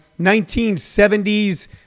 1970s